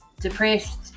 depressed